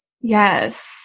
yes